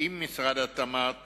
עם משרד התמ"ת